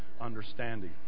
understanding